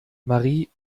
marie